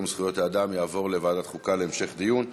זכויות האדם תעבורנה לוועדת החוקה להמשך דיון.